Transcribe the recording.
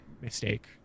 mistake